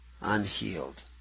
unhealed